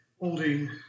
holding